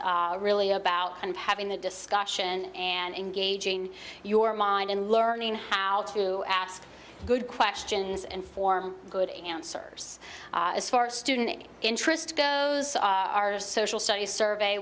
really about and having the discussion and engaging your mind in learning how to ask good questions and form good answers as far student interest goes artist social studies survey